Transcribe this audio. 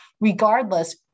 Regardless